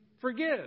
forgive